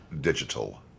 Digital